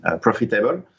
profitable